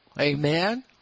Amen